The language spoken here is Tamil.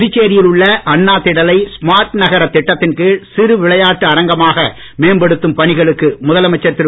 புதுச்சேரியில் உள்ள அண்ணா திடலை ஸ்மார்ட் நகர திட்த்தின் கீழ் சிறு விளையாட்டு அரங்கமாக மேம்படுத்தும் பணிகளுக்கு முதலமைச்சர் திரு